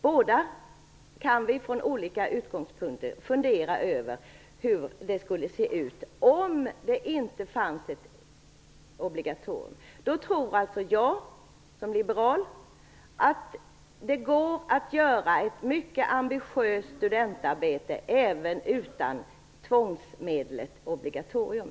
Båda kan vi, från olika utgångspunkter, fundera över hur det skulle se ut om det inte fanns ett obligatorium. Då tror jag, som liberal, att det går att göra ett mycket ambitiöst studentarbete även utan tvångsmedlet obligatorium.